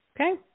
Okay